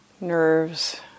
nerves